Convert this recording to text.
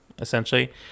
essentially